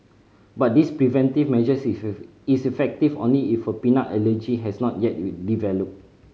but this preventive measure is effective only if a peanut allergy has not yet developed